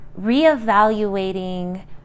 reevaluating